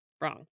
Wrong